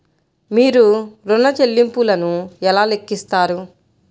మీరు ఋణ ల్లింపులను ఎలా లెక్కిస్తారు?